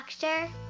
Doctor